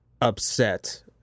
upset